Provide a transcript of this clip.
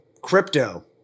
crypto